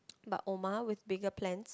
but Omar with bigger plans